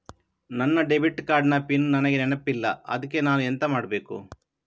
ನನ್ನ debit card ನ PIN ನನಗೆ ನೆನಪಿಲ್ಲ ಅದ್ಕೆ ನಾನು ಎಂತ ಮಾಡಬೇಕು?